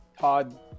Todd